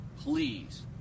please